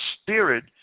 spirit